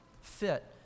fit